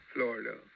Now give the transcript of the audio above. Florida